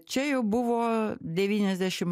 čia jau buvo devyniasdešim